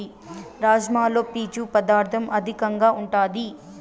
రాజ్మాలో పీచు పదార్ధం అధికంగా ఉంటాది